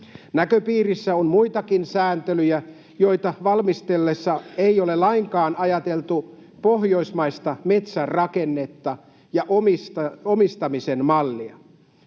Näköpiirissä on muitakin sääntelyjä, joita valmistellessa ei ole lainkaan ajateltu pohjoismaista metsän rakennetta ja omistamisen mallia.